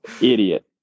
idiot